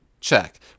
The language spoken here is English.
check